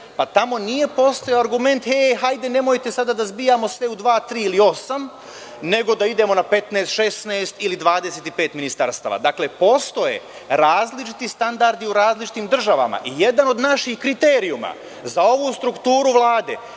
a tamo nije postojao argument, hajde nemojte sada da zbijemo sve u dva, tri, osam, nego da idemo na 15, 16 ili 25 ministarstava. Postoje različiti standardi u različitim državama i jedan od naših kriterijuma za ovu strukturu Vlade,